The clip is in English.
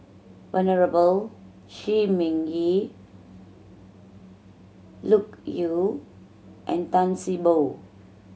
Venerable Shi Ming Yi Loke Yew and Tan See Boo